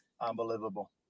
unbelievable